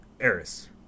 Eris